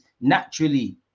naturally